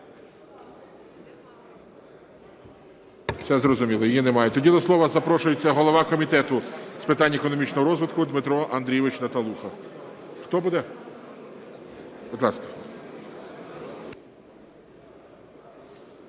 Все зрозуміло, її немає. Тоді до слова запрошується голова Комітету з питань економічного розвитку Дмитро Андрійович Наталуха. Хто буде? Будь ласка.